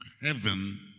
heaven